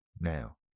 now